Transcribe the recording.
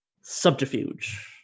subterfuge